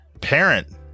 parent